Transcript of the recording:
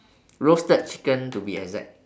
roasted chicken to be exact